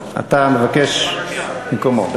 אז אתה מבקש במקומו.